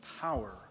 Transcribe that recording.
power